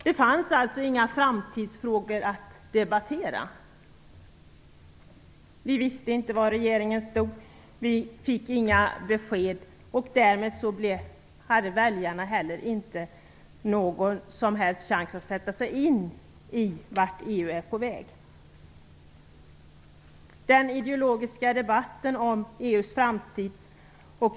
Det fanns alltså inga framtidsfrågor att debattera. Vi visste inte var regeringen stod. Vi fick inga besked. Därmed hade väljarna heller inte någon som helst chans att sätta sig in i frågan om vart EU är på väg.